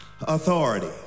authority